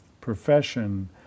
profession